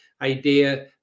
idea